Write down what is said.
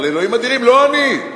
אבל אלוהים אדירים, לא אני.